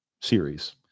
series